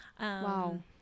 Wow